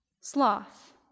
Sloth